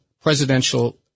presidential